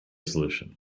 solution